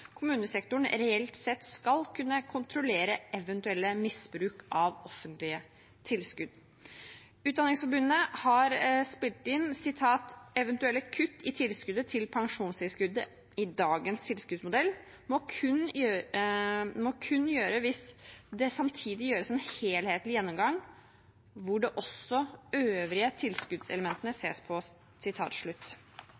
kommunesektoren reelt sett skal kunne kontrollere eventuelt misbruk av offentlige tilskudd. Utdanningsforbundet har spilt inn: «Eventuelle kutt i tilskuddet til pensjonstilskuddet i dagens tilskuddsmodell, må kun gjøres hvis det samtidig gjøres en helhetlig gjennomgang, hvor også øvrige